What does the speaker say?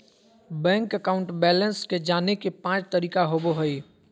bank account balance के जाने के पांच तरीका होबो हइ